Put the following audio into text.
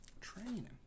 Training